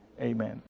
amen